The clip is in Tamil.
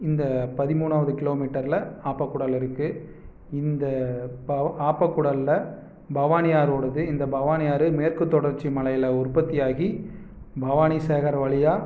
இந்த பதிமூணாவது கிலோ மீட்டரில் ஆப்பக்கூடல் இருக்கு இந்த ப ஆப்பக்கூடலில் பவானி ஆறு ஓடுது இந்த பவானி ஆறு மேற்கு தொடர்ச்சி மலையில உற்பத்தி ஆகி பவானி சாகர் வழியாக